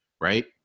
Right